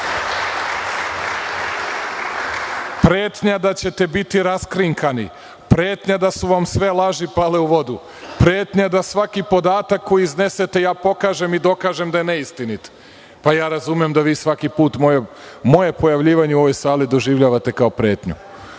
Pretnja da ćete biti raskrinkani. Pretnja da su vam sve laži pale u vodu. Pretnja da svaki podatak koji iznesete, ja pokažem i dokažem da je neistinit. Razumem da vi svaki put moje pojavljivanje u ovoj sali doživljavate kao pretnju. Što